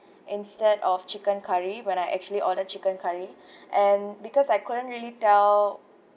instead of chicken curry when I actually ordered chicken curry and because I couldn't really tell